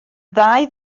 ddau